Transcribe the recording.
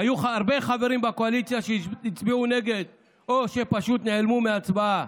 היו הרבה חברים בקואליציה שהצביעו נגד או שפשוט נעלמו מההצבעה.